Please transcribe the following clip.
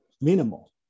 minimal